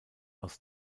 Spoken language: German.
aus